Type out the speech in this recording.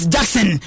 Jackson